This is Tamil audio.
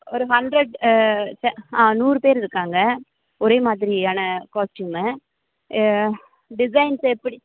ஒரு ஹண்ரெட் ச நூறு பேர் இருக்காங்க ஒரே மாதிரியான காஸ்ட்யூமு டிசைன்ஸ் எப்படி